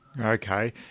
Okay